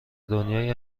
دنیای